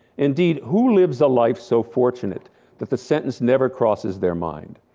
indeed, who lives a life so fortunate that the sentence never crosses their mind.